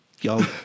y'all